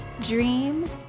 Dream